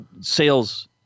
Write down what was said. sales